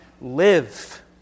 live